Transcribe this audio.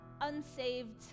unsaved